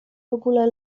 ogóle